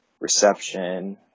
reception